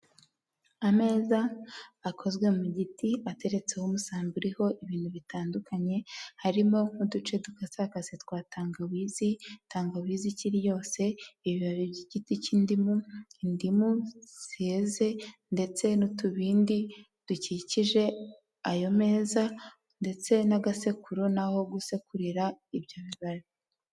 Ameza akozwe mu giti, ateretseho umusambi uriho ibintu bitandukanye, harimo nk'uduce dukasakase twa tangawizi, tangawizi ikiri yose, ibibabi by'igiti cy'indimu, indimu zeze ndetse n'utubindi dukikije ayo meza, ndetse n'agasekuru n'aho gusekurira ibyo bibabi.